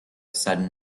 sudden